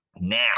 Now